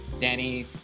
Danny